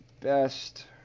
Best